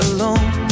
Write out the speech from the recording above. Alone